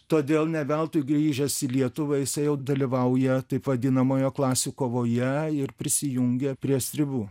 todėl ne veltui grįžęs į lietuvą jisai jau dalyvauja taip vadinamoje klasių kovoje ir prisijungia prie stribų